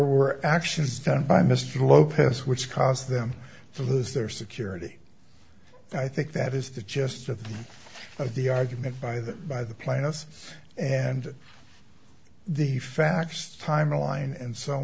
were actions done by mr lopez which caused them to lose their security i think that is the gist of the of the argument by the by the plaintiffs and the facts timeline and so